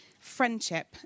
friendship